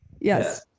Yes